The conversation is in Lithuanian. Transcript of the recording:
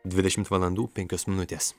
dvidešimt valandų penkios minutės